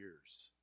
years